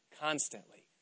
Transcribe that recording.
constantly